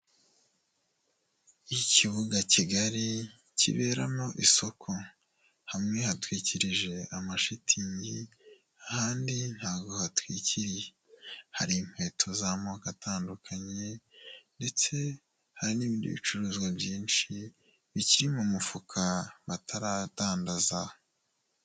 Ikibuga kigari kiberamo isoko, hamwe hatwikirije amashitingi ahandi ntago hatwikiriye, hari inkweto z'amoko atandukanye ndetse hari n'ibindi bicuruzwa byinshi bikiri mu mufuka bataradandaza.